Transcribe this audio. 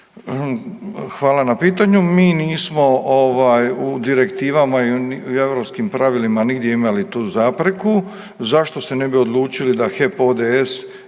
Hvala na pitanju. Mi nismo u direktivama i u europskim pravilima nigdje imali tu zapreku. Zašto se ne bi odlučili da HEP ODS